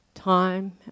time